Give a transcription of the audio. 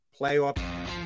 Playoff